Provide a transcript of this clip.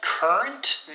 Current